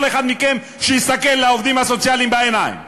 כל אחד מכם שיסתכל לעובדים הסוציאליים בעיניים.